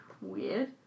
Weird